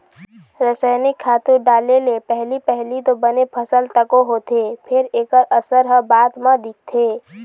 रसइनिक खातू डाले ले पहिली पहिली तो बने फसल तको होथे फेर एखर असर ह बाद म दिखथे